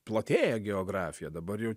platėja geografija dabar jau